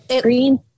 Green